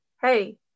hey